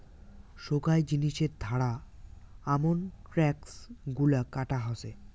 সোগায় জিনিসের ধারা আমন ট্যাক্স গুলা কাটা হসে